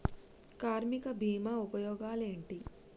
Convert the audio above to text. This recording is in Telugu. కార్మిక బీమా ఉపయోగాలేంటి?